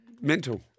Mental